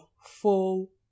full